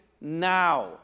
now